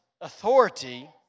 authority